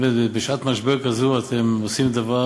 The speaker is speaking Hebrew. בשעת משבר כזו אתם עושים דבר,